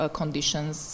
conditions